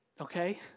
okay